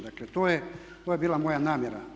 Dakle, to je bila moja namjera.